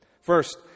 First